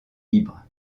libre